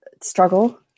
struggle